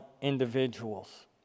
individuals